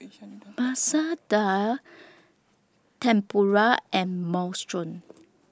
Masoor Dal Tempura and Minestrone